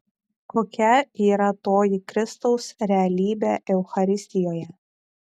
kokia yra toji kristaus realybė eucharistijoje